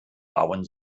bauen